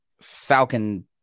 Falcon